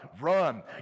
Run